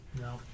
No